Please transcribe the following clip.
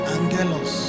Angelos